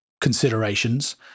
considerations